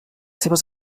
seves